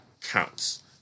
counts